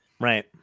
Right